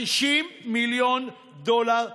50 מיליון דולר בשנה.